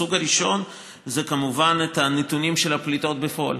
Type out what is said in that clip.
הסוג הראשון זה כמובן הנתונים של הפליטות בפועל,